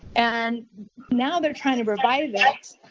and now they're trying to revive like